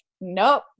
Nope